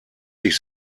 sich